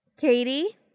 Katie